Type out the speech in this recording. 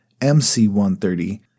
MC-130